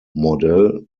model